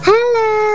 Hello